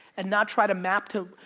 and not try to map to,